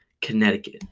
Connecticut